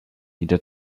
jeder